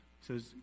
says